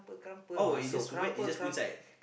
oh it's just wet you just put inside